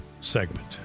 segment